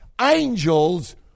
Angels